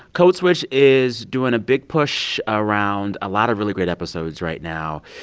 code switch is doing a big push around a lot of really great episodes right now.